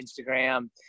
Instagram